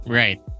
right